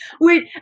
Wait